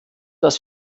dass